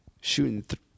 shooting